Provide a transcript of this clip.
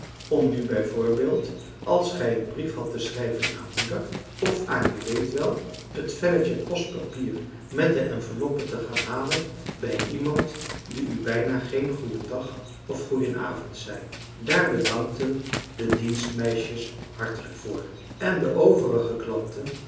om nu bij voorbeeld als gij een brief hadt te schrijven aan moeder of aan je weet wel het velletje postpapier met de enveloppe te gaan halen bij iemand die u bijna geen goêndag of goênavond zei daar bedankten de dienstmeisjes hartelijk voor en de overige klanten